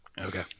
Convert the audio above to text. okay